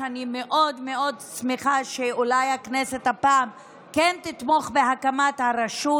ואני מאוד מאוד שמחה שאולי הכנסת הפעם כן תתמוך בהקמת הרשות,